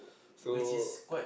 so